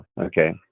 Okay